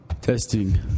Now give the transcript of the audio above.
Testing